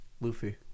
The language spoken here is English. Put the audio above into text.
Luffy